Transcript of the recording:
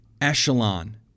Echelon